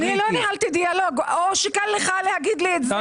אני לא ניהלתי דיאלוג או שקל לך להגיד לי את זה.